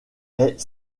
est